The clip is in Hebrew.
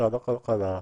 משרד הכלכלה,